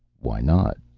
why not?